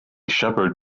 shepherd